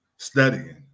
studying